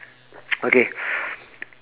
okay